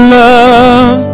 love